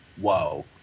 whoa